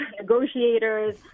negotiators